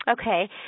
Okay